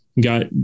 got